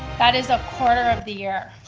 that is a quarter of the year.